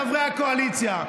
חברי הקואליציה,